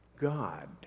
God